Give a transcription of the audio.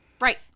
Right